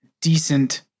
decent